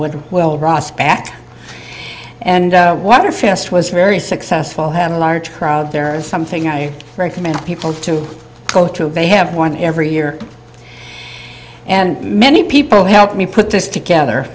od will ross backed and what a fast was very successful had a large crowd there is something i recommend people to go to they have one every year and many people help me put this together